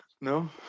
No